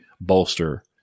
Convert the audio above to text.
bolster